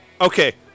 Okay